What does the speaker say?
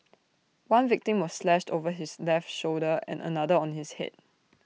one victim was slashed over his left shoulder and another on his Head